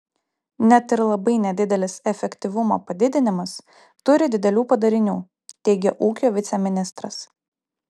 net ir labai nedidelis efektyvumo padidinimas turi didelių padarinių teigė ūkio viceministras